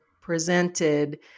presented